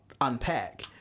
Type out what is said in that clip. Unpack